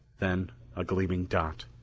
then a gleaming dot,